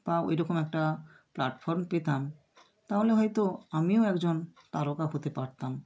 বা ওই রকম একটা প্ল্যাটফর্ম পেতাম তাহলে হয়তো আমিও একজন তারকা হতে পারতাম